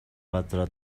газраа